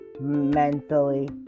mentally